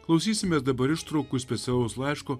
klausysimės dabar ištraukų specialaus laiško